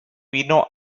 vino